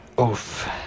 Oof